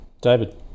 David